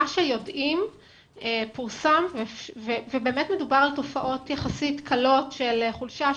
מה שיודעים פורסם ובאמת מדובר על תופעות יחסית קלות של חולשה,